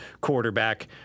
quarterback